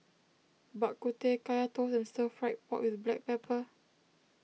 Bak Kut Teh Kaya Toast and Stir Fried Pork with Black Pepper